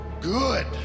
good